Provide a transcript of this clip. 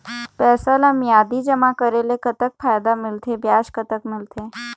पैसा ला मियादी जमा करेले, कतक फायदा मिलथे, ब्याज कतक मिलथे?